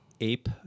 Ape